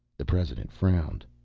the president frowned.